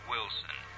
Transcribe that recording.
Wilson